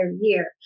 year